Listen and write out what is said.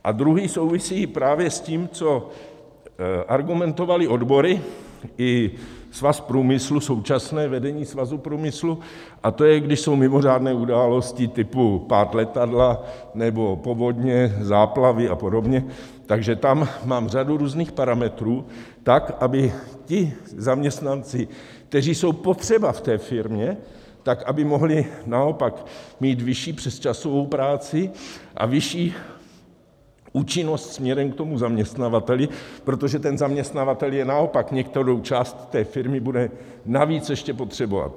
A druhý souvisí i právě s tím, co argumentovaly odbory i Svaz průmyslu, současné vedení Svazu průmyslu, a to je, když jsou mimořádné události typu pád letadla nebo povodně, záplavy a podobně, tak že tam mám řadu různých parametrů, aby zaměstnanci, kteří jsou potřeba ve firmě, mohli naopak mít vyšší přesčasovou práci a vyšší účinnost směrem k zaměstnavateli, protože zaměstnavatel naopak některou část firmy bude navíc ještě potřebovat.